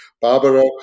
Barbara